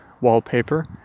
wallpaper